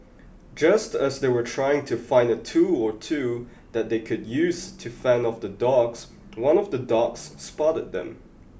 just as they were trying to find a tool or two that they could use to fend off the dogs one of the dogs spotted them